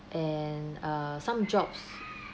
and err some jobs